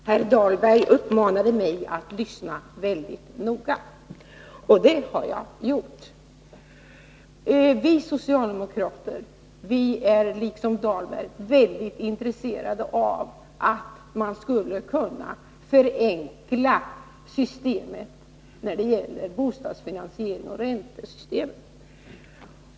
Herr talman! Herr Dahlberg uppmanade mig att lyssna mycket noga — och det har jag gjort. Vi socialdemokrater är, liksom Rolf Dahlberg, mycket intresserade av att man skall kunna förenkla bostadsfinansieringen och räntesystemet.